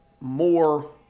more